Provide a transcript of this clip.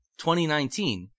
2019